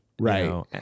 Right